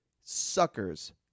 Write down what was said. suckers